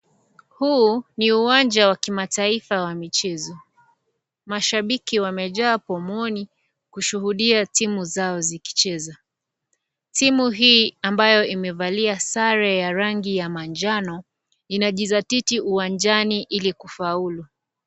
Huu ni uwanja wa kimataifa wa michezo .Mashabiki wamejaa pomoni kushuhudia timu zao zikicheza. Timu hii amabayo imevalia sare ya rangi ya manjano inajizatiti uwanjani ili kufaulu.